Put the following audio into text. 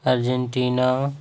Argentina